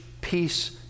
peace